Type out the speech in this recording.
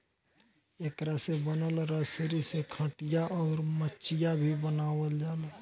एकरा से बनल रसरी से खटिया, अउर मचिया भी बनावाल जाला